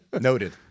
Noted